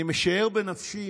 אני משער בנפשי,